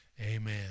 amen